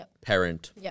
parent